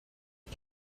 kan